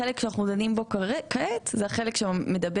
החלק שאנחנו דנים בו כעת הוא החלק שמדבר